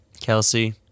Kelsey